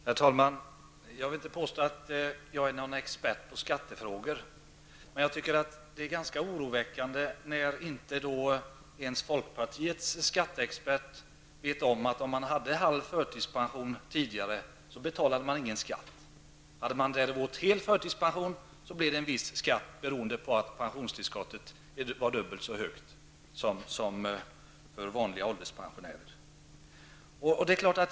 Herr talman! Jag vill inte påstå att jag är expert på skattefrågor, men jag tycker det är ganska oroväckande när inte ens folkpartiets skatteexpert vet om att den som tidigare hade halv förtidspension inte betalade någon skatt. Den som däremot hade hel förtidspension fick betala en viss skatt beroende på att pensionstillskottet var dubbelt så högt som för vanliga ålderspensionärer.